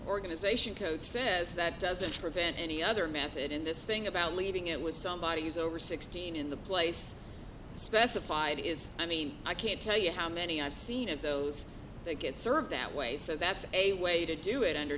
organization code says that doesn't prevent any other method in this thing about leaving it was somebody who's over sixteen in the place specified is i mean i can't tell you how many i've seen of those they get served that way so that's a way to do it under